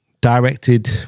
Directed